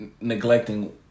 neglecting